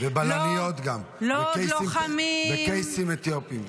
וגם בלניות וגם קייסים אתיופים.